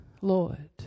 Lord